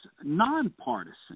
nonpartisan